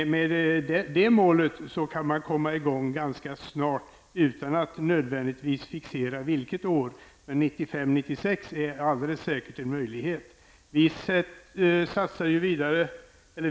Om man har den målsättningen kan man komma i gång ganska snart utan att nödvändigtvis fastställa vilket år det rör sig om, men 1995--1996 vore alldeles säkert möjligt.